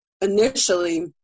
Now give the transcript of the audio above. initially